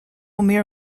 mere